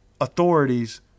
authorities